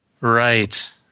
Right